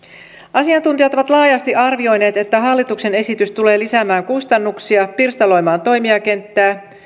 asiantuntijat ovat laajasti arvioineet että hallituksen esitys tulee lisäämään kustannuksia pirstaloimaan toimijakenttää